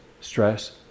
stress